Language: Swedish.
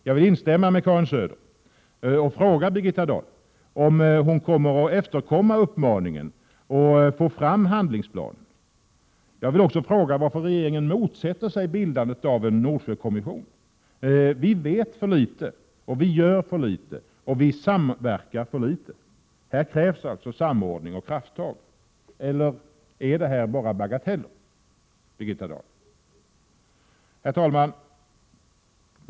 Jag vill instämma med Karin Söder och frågar Birgitta Dahl om hon kommer att efterkomma uppmaningen och få fram handlingsplanen. Jag vill också fråga varför regeringen motsätter sig bildandet av en Nordsjökommission. Vi vet för litet, vi gör för litet, vi samverkar för litet. Här krävs samordning och krafttag! Eller är detta bara bagateller, Birgitta Dahl? Herr talman!